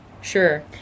Sure